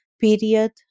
period